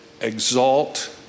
exalt